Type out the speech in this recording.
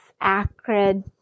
acrid